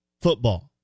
football